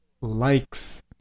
likes